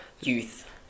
youth